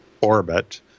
Orbit